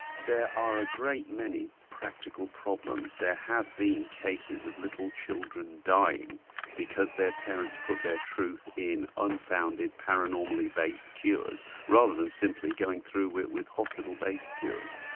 there are a great many practical problems. there have been cases of little children dying because their parents put their faith in unfounded paranormally-based cures, rather than simply going through with with hospital-based cures.